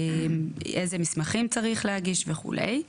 איזה מסמכים צריך להגיש וכולה.